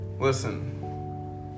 listen